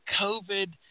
covid